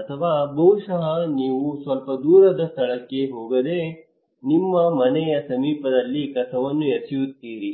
ಅಥವಾ ಬಹುಶಃ ನೀವು ಸ್ವಲ್ಪ ದೂರದ ಸ್ಥಳಕ್ಕೆ ಹೋಗದೆ ನಿಮ್ಮ ಮನೆಯ ಸಮೀಪದಲ್ಲಿ ಕಸವನ್ನು ಎಸೆಯುತ್ತೀರಿ